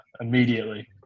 immediately